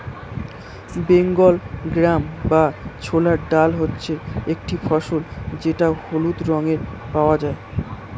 Bengal gram বা ছোলার ডাল হচ্ছে একটি ফসল যেটা হলুদ রঙে পাওয়া যায়